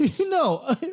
no